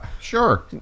sure